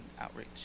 outreach